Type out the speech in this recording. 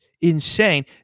insane